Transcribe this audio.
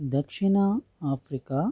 దక్షిణ ఆఫ్రికా